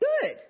good